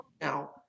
now